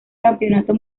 campeonato